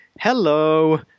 hello